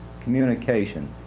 communication